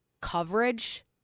coverage